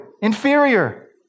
Inferior